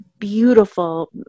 beautiful